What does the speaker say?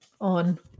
on